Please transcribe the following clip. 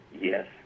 Yes